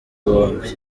bombi